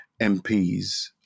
MPs